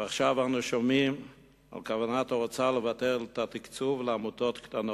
ועכשיו אנו שומעים על כוונת האוצר לבטל את התקצוב לעמותות קטנות,